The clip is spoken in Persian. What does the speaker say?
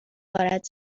غارت